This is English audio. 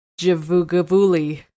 Javugavuli